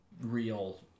real